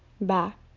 back